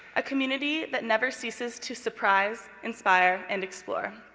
a community that never ceases to surprise, inspire, and explore.